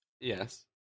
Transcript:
Yes